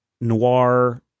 noir